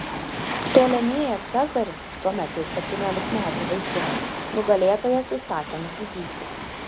ptolemėją cezarį tuomet jau septyniolikmetį vaikiną nugalėtojas įsakė nužudyti